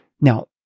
Now